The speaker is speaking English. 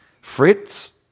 Fritz